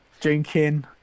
drinking